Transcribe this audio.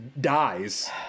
dies